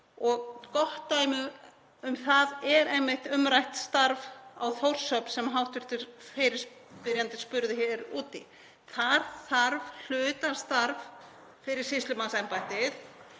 Gott dæmi um það er einmitt umrætt starf á Þórshöfn sem hv. fyrirspyrjandi spurði hér um. Þar þarf hlutastarf fyrir sýslumannsembættið